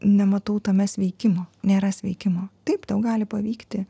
nematau tame sveikimo nėra sveikimo taip tau gali pavykti